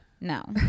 no